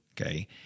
Okay